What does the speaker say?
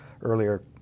earlier